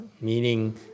meaning